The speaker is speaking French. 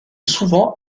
souvent